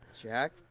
Jack